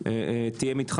תיאם איתך